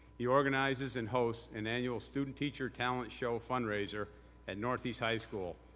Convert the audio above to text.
he organizes and hos an annual student teacher talent show fund raiser at northeast high school.